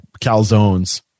calzones